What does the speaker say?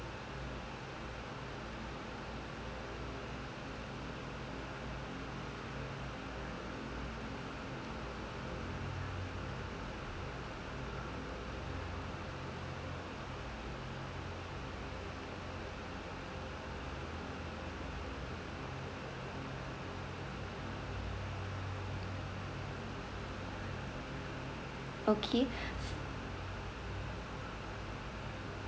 okay